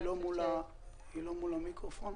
זה מינוי